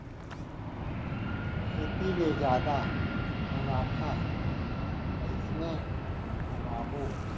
खेती ले जादा मुनाफा कइसने कमाबो?